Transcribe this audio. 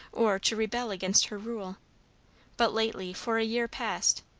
or to rebel against her rule but lately, for a year past,